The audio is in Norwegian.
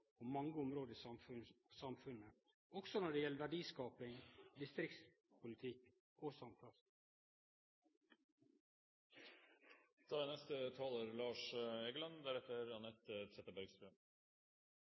mange område i samfunnet – også når det gjeld verdiskaping, distriktspolitikk og